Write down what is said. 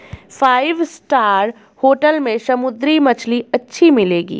five star hotel में समुद्री मछली अच्छी मिलेंगी